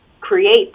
create